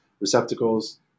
receptacles